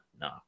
No